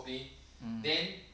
um